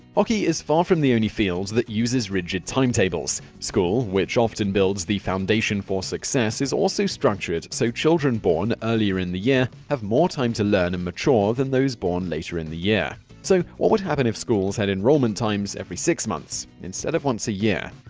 hockey is far from the only field that uses rigid timetables. school, which often builds the foundation for success, is also structured so children born earlier in the year have more time to learn and mature than those born later in the year. yeah so what would happen if schools had enrollment times every six months instead of once a year?